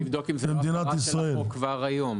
צריך לבדוק אם זה חל כבר היום.